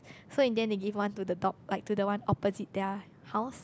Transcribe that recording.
so in end they give one to the dog like to the one opposite their house